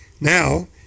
Now